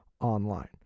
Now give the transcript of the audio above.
online